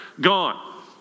gone